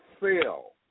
sale